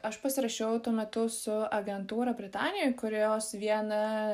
aš pasirašiau tuo metu su agentūra britanijoj kurios viena